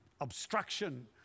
obstruction